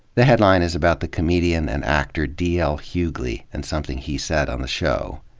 the headline is about the comedian and actor d l. hughley and something he said on the show.